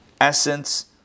essence